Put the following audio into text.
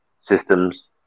systems